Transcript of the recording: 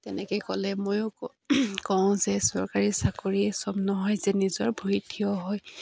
তেনেকে ক'লে ময়ো কওঁ যে চৰকাৰী চাকৰিয়ে চব নহয় যে নিজৰ ভৰি থিয় হয়